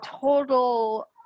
total